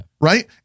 right